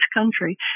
country